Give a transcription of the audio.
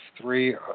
three